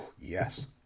yes